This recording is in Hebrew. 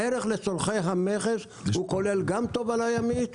הערך על צורכי המכס כולל גם תובלה ימית,